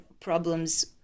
problems